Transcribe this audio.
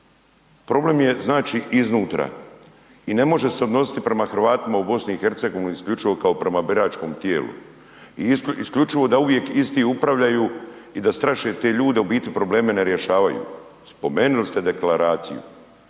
Problem je znači iznutra i ne može se odnositi prema Hrvatima u BiH-u isključivo kao prema biračkom tijelu, isključivo da uvijek isti upravljaju i da straše te ljude a u biti probleme ne rješavaju. Spomenuli ste deklaraciju,